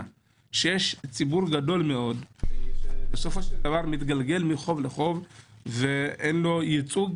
- יש ציבור גדול שמתגלגל מחוב לחוב ואין לו ייצוג